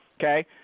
Okay